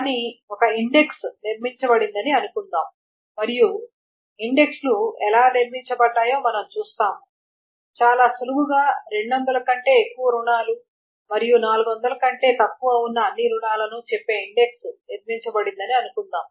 కానీ ఒక ఇండెక్స్ నిర్మించబడిందని అనుకుందాం మరియు ఇండెక్స్లు ఎలా నిర్మించబడ్డాయో మనం చూస్తాము చాలా సులువుగా 200 కంటే ఎక్కువ రుణాలు మరియు 400 కంటే తక్కువ ఉన్న అన్ని రుణాలను చెప్పే ఇండెక్స్ నిర్మించబడిందని అనుకుందాం